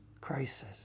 crisis